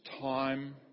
time